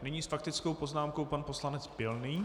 Nyní s faktickou poznámkou pan poslanec Pilný.